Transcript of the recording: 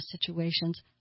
situations